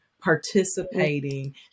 participating